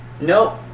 Nope